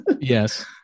Yes